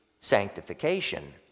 sanctification